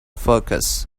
focus